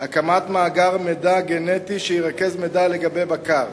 הקמת מאגר מידע גנטי שירכז מידע על בקר,